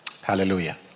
Hallelujah